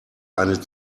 eine